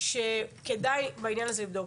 שכדאי בעניין הזה לבדוק.